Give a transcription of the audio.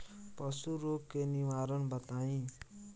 पशु रोग के निवारण बताई?